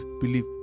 believe